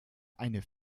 eine